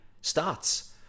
starts